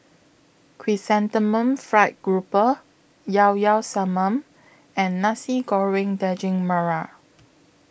Chrysanthemum Fried Grouper Llao Llao Sanum and Nasi Goreng Daging Merah